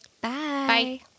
Bye